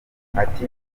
ati